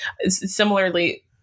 Similarly